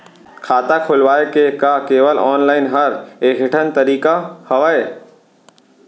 खाता खोलवाय के का केवल ऑफलाइन हर ऐकेठन तरीका हवय?